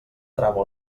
trama